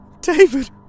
David